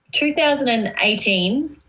2018